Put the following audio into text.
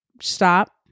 stop